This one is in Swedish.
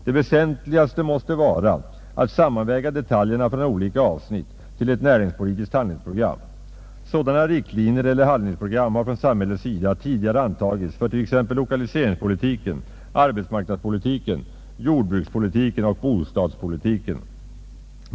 Det väsentligaste måste vara att sammanväga detaljerna från olika avsnitt till ett näringspolitiskt handlingsprogram. Sådana riktlinjer eller handlingsprogram har från samhällets sida tidigare antagits för t.ex. lokaliseringspolitiken, arbetsmarknadspolitiken, jordbrukspolitiken och bostadspolitiken.